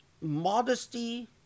modesty